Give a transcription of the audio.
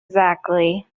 exactly